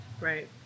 Right